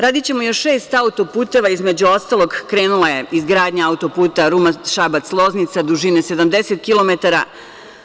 Radićemo još šest auto-puteva, između ostalog, krenula je izgradnja auto-puta Ruma–Šabac–Loznica dužine 70 kilometara.